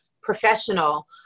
professional